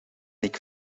nick